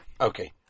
okay